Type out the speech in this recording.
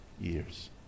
years